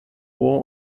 war